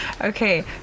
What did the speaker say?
Okay